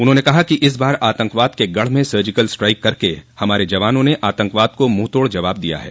उन्होंने कहा कि इस बार आतंकवाद के गढ़ में सर्जिकल स्ट्राइक करके हमारे जवानों ने आतंकवाद का मुंहतोड जवाब दिया है